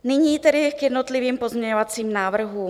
Nyní tedy k jednotlivým pozměňovacím návrhům.